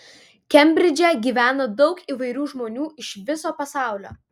kembridže gyvena daug įvairių žmonių iš viso pasaulio